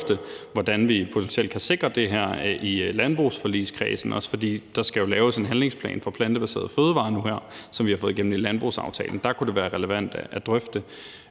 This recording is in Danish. hvordan vi potentielt kan sikre det her i landbrugsforligskredsen, også fordi der jo skal laves en handlingsplan for plantebaserede fødevarer nu her, som vi har fået igennem i landbrugsaftalen. Der kunne det være relevant at drøfte